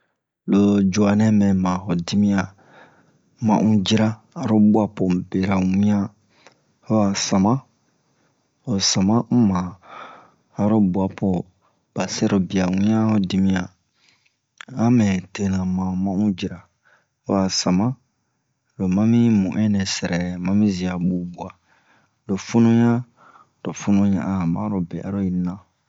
lo cuwa nɛ mɛ ma ho dimiyan ma un jira aro ɓwa po mu bera wiɲan ho a sama lo sama un ma aro bwa po ɓa sɛrobiya wiɲan ho dimiyan a mɛ tena ma ma un jira ho a sama lo ma mi mu'ɛn nɛ sɛrɛrɛ mami ziya ɓuɓuwa lo funu ɲan lo funu ɲan a hanmarobe aro yi na